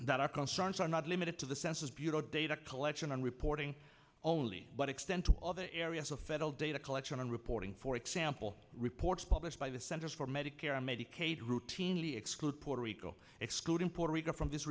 that our concerns are not limited to the census bureau data collection and reporting only but extend to other areas of federal data collection and reporting for example reports published by the centers for medicare and medicaid routinely exclude puerto rico excluding puerto rico from this